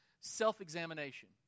self-examination